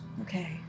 Okay